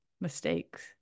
mistakes